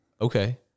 Okay